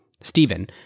Stephen